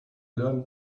learned